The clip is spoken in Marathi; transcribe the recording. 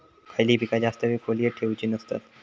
खयली पीका जास्त वेळ खोल्येत ठेवूचे नसतत?